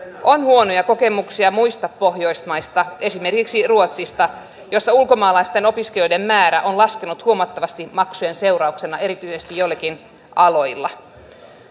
on huonoja kokemuksia muista pohjoismaista esimerkiksi ruotsista jossa ulkomaalaisten opiskelijoiden määrä on laskenut huomattavasti maksujen seurauksena erityisesti joillakin aloilla